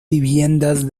viviendas